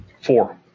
Four